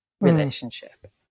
relationship